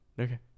Okay